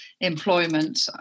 employment